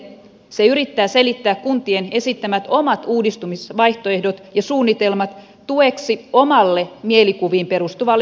se yrittää selittää kuntien esittämät omat uudistamisvaihtoehdot ja suunnitelmat tueksi omalle mielikuviin perustuvalle suurkuntahankkeelleen